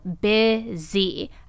busy